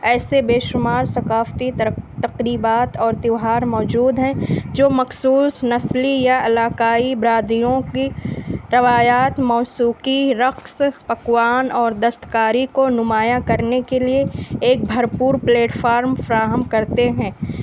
ایسے بے شمار ثقافتی تقریبات اور تیوہار موجود ہیں جو مخصوص نسلی یا علاقائی برادریوں کی روایات موسوقی رقص پکوان اور دستکاری کو نمایاں کرنے کے لیے ایک بھرپور پلیٹفارم فراہم کرتے ہیں